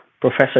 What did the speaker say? Professor